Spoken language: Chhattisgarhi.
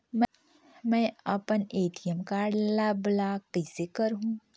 मै अपन ए.टी.एम कारड ल ब्लाक कइसे करहूं?